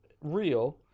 real